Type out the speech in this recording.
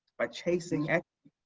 by chasing